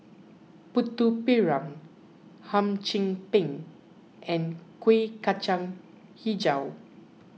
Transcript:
Putu Piring Hum Chim Peng and Kuih Kacang HiJau